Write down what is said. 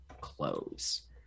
close